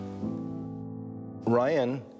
Ryan